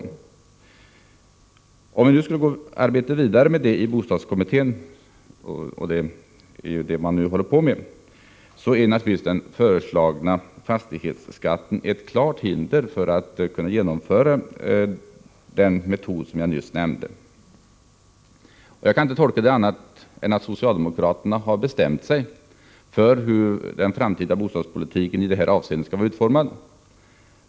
Om bostadskommittén skall arbeta vidare med detta — arbetet är således redan i gång — är den föreslagna fastighetsskatten helt klart ett hinder när det gäller metoden med räntelån. Jag kan inte tolka det på annat sätt än att socialdemokraterna har bestämt sig för hur den framtida bostadspolitiken i detta avseende skall vara utformad.